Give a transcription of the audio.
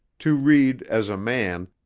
to read, as a man,